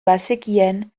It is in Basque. bazekien